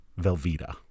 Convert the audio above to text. Velveeta